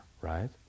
right